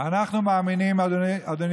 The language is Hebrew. אנחנו מאמינים, אדוני